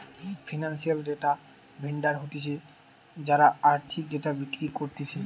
financial data vendor হতিছে যারা আর্থিক ডেটা বিক্রি করতিছে